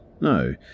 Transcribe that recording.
no